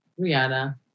Rihanna